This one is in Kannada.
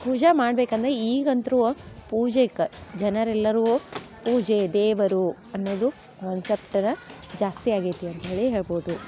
ಪೂಜೆ ಮಾಡ್ಬೇಕು ಅಂದರೆ ಈಗಂತೂ ಪೂಜೆಗ್ ಜನರೆಲ್ಲರೂ ಪೂಜೆ ದೇವರು ಅನ್ನೋದು ಜಾಸ್ತಿ ಆಗೈತಿ ಅಂತ ಹೇಳಿ ಹೇಳ್ಬೌದು